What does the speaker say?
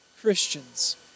Christians